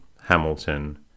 Hamilton